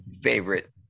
favorite